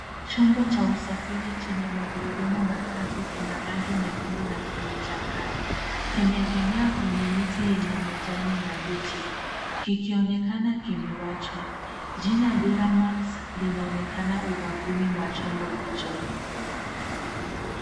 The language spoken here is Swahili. Chombo cha usafiri chenye magurudumu matatu kina rangi nyekundu na kimechakaa. Kimeegemea kwenye miti yenye majani mabichi linaonekana kiliwachwa. Jina Duramax ubafuni mwa chombo hicho.